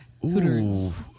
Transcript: hooters